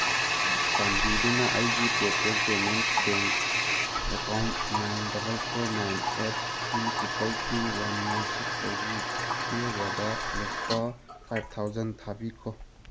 ꯆꯥꯟꯕꯤꯗꯨꯅ ꯑꯩꯒꯤ Paytm payments bank account nine double four nine eight three triple two one one ꯁꯤꯛꯁꯇꯒꯤ ꯀꯦꯕꯥꯗ ꯂꯨꯄꯥ five thousand ꯊꯥꯕꯤꯈꯣ